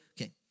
Okay